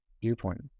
viewpoint